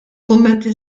kummenti